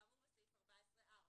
כאמור בסעיף 14(4)".